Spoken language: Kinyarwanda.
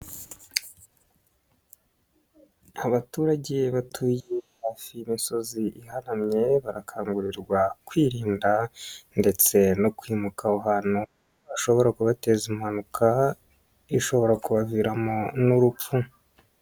Abaturage batuye hafi y'imisozi ihanaramye, barakangurirwa kwirinda ndetse no kwimuka aho hantu, hashobora kubateza impanuka ishobora kubaviramo n'urupfu.